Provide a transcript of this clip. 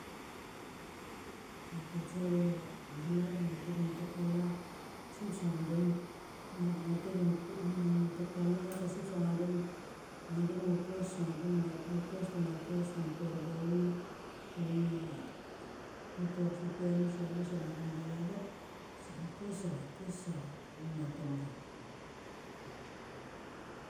Ngua tet save ia va lat de ngo tet ngu tek pa lat. Sip sa ngia den ngia tet ngu ma tek pa let sa sip sa ngua den. Ngua den, ngu pes, ngia den ngu pes da ngia tes ngo tur blaul, ngu ma ngu tur sepan se chule se ngia den peva vet se ngu pes se ngua tes sa menet tam ngo.